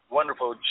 wonderful